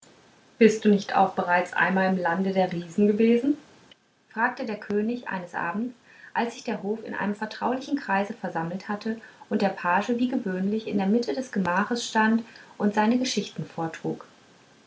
bist du nicht auch bereits einmal im lande der riesen gewesen fragte der könig eines abends als sich der hof in einem vertraulichen kreise versammelt hatte und der page wie gewöhnlich in der mitte des gemachs stand und seine geschichten vortrug